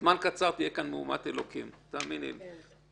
בזמן קצר תהיה כאן מהומת אלוהים, תאמיני לי.